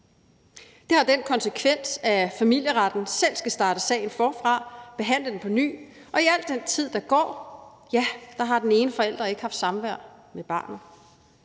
Det har den konsekvens, at familieretten selv skal starte sagen forfra og behandle den på ny, og i al den tid, der går, har den ene forælder ikke haft samvær med barnet.